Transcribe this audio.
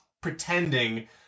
pretending